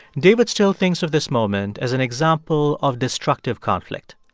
david still thinks of this moment as an example of destructive conflict.